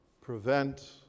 prevent